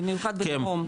במיוחד ביישובי הדרום.